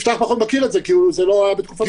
יפתח פחות מכיר את זה כי זה לא היה בתקופתו.